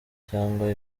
cyangwa